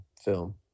film